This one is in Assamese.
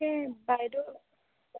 এ বাইদেউ